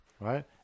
right